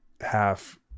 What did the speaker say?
half